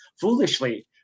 foolishly